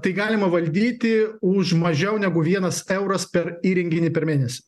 tai galima valdyti u ž mažiau negu vienas euras per įrenginį per mėnesį